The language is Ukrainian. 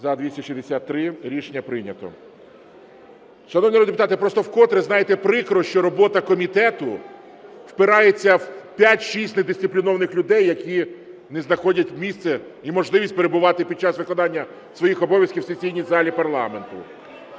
За-263 Рішення прийнято. Шановні народні депутати, просто вкотре, знаєте, прикро, що робота комітету впирається в 5-6 недисциплінованих людей, які не знаходять місце і можливість перебувати під час виконання своїх обов'язків у сесійній залі парламенту.